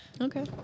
Okay